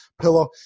pillow